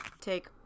Take